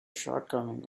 shortcoming